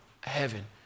heaven